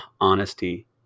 honesty